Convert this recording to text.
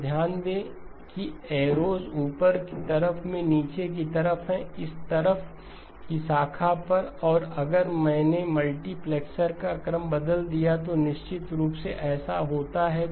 तो ध्यान दें कि एरोस ऊपरी तरफ मे नीचे की तरफ हैं इस तरफ की शाखा पर और अगर मैंने मल्टीप्लेक्सर का क्रम बदल दिया तो निश्चित रूप से ऐसा होता है